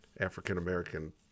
African-American